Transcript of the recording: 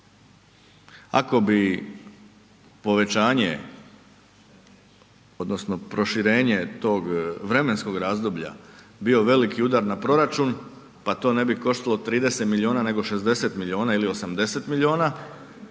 Ako bi povećanje odnosno proširenje tog vremenskog razdoblja bio veliki udar na proračun pa to ne bi koštalo 30 milijuna nego 60 milijuna ili 80 milijuna